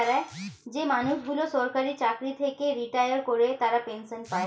যে মানুষগুলো সরকারি চাকরি থেকে রিটায়ার করে তারা পেনসন পায়